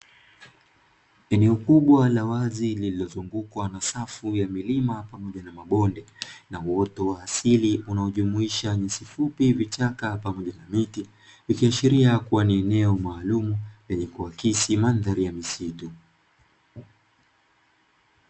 Eneo kubwa la wazi lililozungukwa na safu ya milima pamoja na mabonde, na uoto wa asili unaojumuisha nyasi fupi, vichaka pamoja na miti ikiashiria kuwa ni eneo maalumu lenye kuakisi mandhari ya misitu.